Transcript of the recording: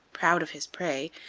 proud of his prey,